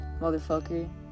motherfucker